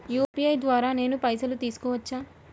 UPI ద్వారా నేను పైసలు తీసుకోవచ్చా?